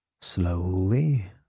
slowly